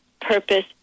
purpose